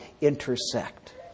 intersect